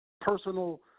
personal